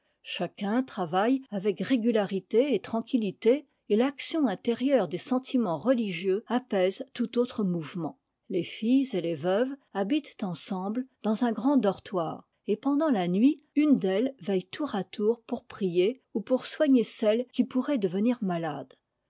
chacun travaille avec régularité et tranquillité et l'action intérieure des sentiments religieux apaise tout autre mouvement les filles et les veuves habitent ensemble dans un grand dortoir et pendant la nuit une d'elles veille tour à tour pour prier ou pour soigner celles qui pourraient devenir malades